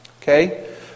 okay